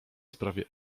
sprawie